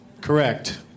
Correct